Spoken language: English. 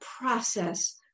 process